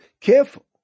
careful